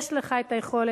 יש לך היכולת,